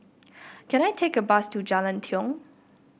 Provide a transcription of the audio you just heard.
can I take a bus to Jalan Tiong